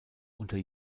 unter